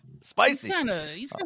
Spicy